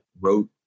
wrote